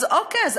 אז אוקיי,